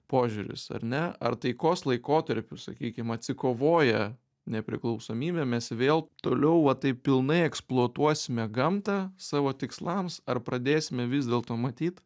požiūris ar ne ar taikos laikotarpiu sakykim atsikovoję nepriklausomybę mes vėl toliau va taip pilnai eksploatuosime gamtą savo tikslams ar pradėsime vis dėl to matyt